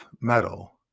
metal